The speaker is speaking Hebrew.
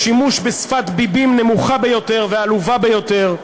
לשימוש בשפת ביבים נמוכה ביותר ועלובה ביותר,